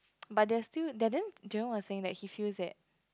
but they are still they didn't Jerome was saying that he feels that